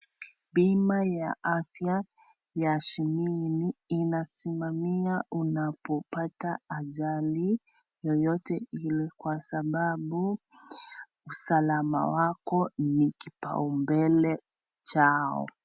Bima ya afya ya Shiminin, inasimamia unapopata ajali, yoyote ile kwa sababu, usalama wako ni kipaumbele chao.